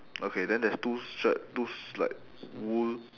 okay then there's two shirt looks like wool